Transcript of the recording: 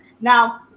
Now